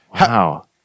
wow